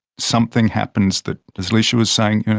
something happens that, as lecia was saying,